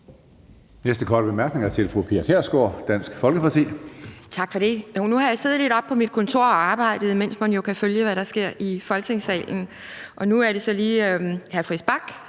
næste korte bemærkning er til fru Pia Kjærsgaard, Dansk Folkeparti. Kl. 16:57 Pia Kjærsgaard (DF): Tak for det. Nu har jeg siddet lidt oppe på mit kontor og arbejdet, mens man jo kan følge, hvad der sker i Folketingssalen, og nu er det så lige hr.